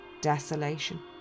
desolation